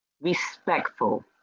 respectful